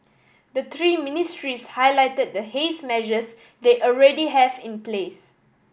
the three ministries highlighted the haze measures they already have in place